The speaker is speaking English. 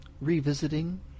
revisiting